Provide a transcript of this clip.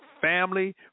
family